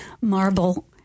marble